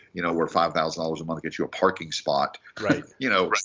you know where five thousand dollars a month gets you a parking spot. right. you know,